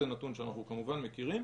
זה נתון שאנחנו כמובן מכירים,